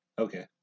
Okay